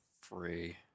free